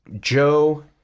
Joe